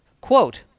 Quote